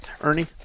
Ernie